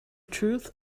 truth